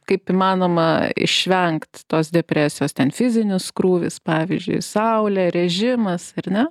kaip įmanoma išvengt tos depresijos ten fizinis krūvis pavyzdžiui saulė režimas ar ne